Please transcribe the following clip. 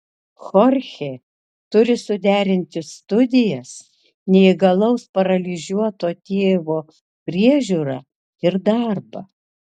chorchė turi suderinti studijas neįgalaus paralyžiuoto tėvo priežiūrą ir darbą